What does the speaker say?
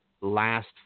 Last